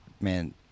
man